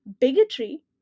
bigotry